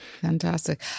Fantastic